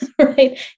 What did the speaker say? right